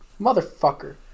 Motherfucker